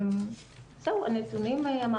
זהו, את הנתונים אמרתי.